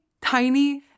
tiny